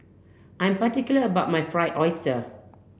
I'm particular about my fried oyster